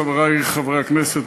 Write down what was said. חברי חברי הכנסת,